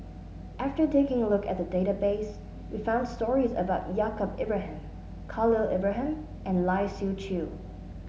after taking a look at the database we found stories about Yaacob Ibrahim Khalil Ibrahim and Lai Siu Chiu